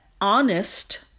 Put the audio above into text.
honest